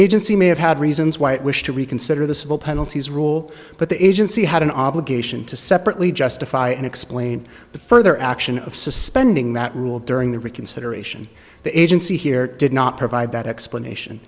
agency may have had reasons why it wished to reconsider the civil penalties rule but the agency had an obligation to separately justify and explain the further action of suspending that rule during the reconsideration the agency here did not provide that explanation